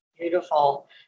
Beautiful